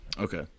Okay